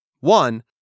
One